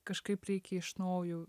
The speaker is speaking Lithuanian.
kažkaip reikia iš naujo